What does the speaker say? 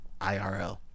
IRL